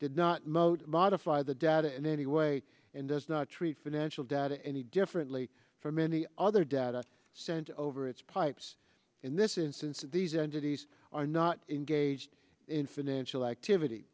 did not most modify the data in any way and does not treat financial data any differently from any other data sent over its pipes in this instance these entities are not engaged in financial activity